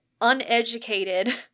uneducated